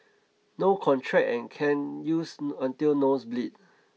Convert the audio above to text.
no contract and can use until nose bleed